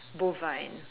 bovine